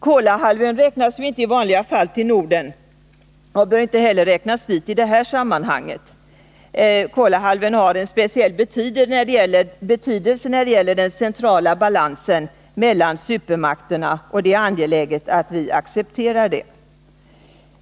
Kolahalvön räknas ju inte i vanliga fall till Norden och bör inte heller räknas dit i det här sammanhanget. Dessutom har Kolahalvön en speciell betydelse när det gäller den centrala balansen mellan supermakterna, och det är angeläget att vi accepterar det.